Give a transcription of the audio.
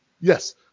Yes